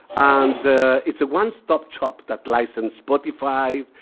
and it's a one-stop shop that license spotify,